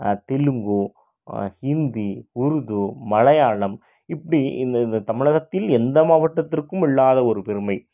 தெலுங்கு ஹிந்தி உருது மலையாளம் இப்படி இந்த இந்த தமிழகத்தில் எந்த மாவட்டத்திற்கும் இல்லாத ஒரு பெருமை